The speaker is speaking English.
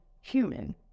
human